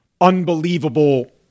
unbelievable